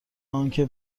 آنکه